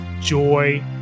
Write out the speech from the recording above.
joy